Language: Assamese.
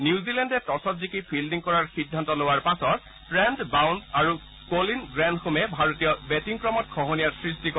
নিউজিলেণ্ডে টছত জিকি ফিল্ডিং কৰাৰ সিদ্ধান্ত লোৱাৰ পাছত ট্ৰেণ্ট বাউল্ট আৰু কোলিন গ্ৰেণ্ডহোমে ভাৰতীয় বেটিং ক্ৰমত খহনীয়াৰ সৃষ্টি কৰে